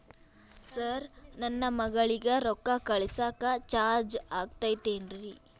Sir ನನ್ನ ಮಗಳಗಿ ರೊಕ್ಕ ಕಳಿಸಾಕ್ ಚಾರ್ಜ್ ಆಗತೈತೇನ್ರಿ?